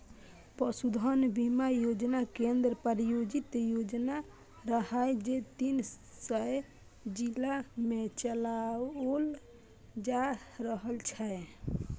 पशुधन बीमा योजना केंद्र प्रायोजित योजना रहै, जे तीन सय जिला मे चलाओल जा रहल छै